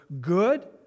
good